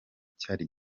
cyari